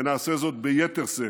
ונעשה זאת ביתר שאת,